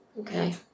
Okay